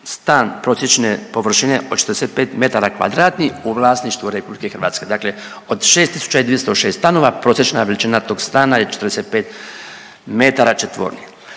stan prosječne površine od 45 metara kvadratnih u vlasništvu RH. Dakle, od 6.206 stanova prosječna veličina tog stana je 45 metara četvornih.